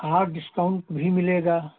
हाँ डिस्काउंट भी मिलेगा